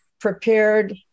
prepared